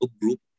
group